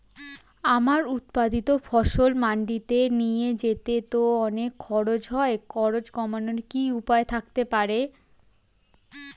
আমার উৎপাদিত ফসল মান্ডিতে নিয়ে যেতে তো অনেক খরচ হয় খরচ কমানোর কি উপায় থাকতে পারে?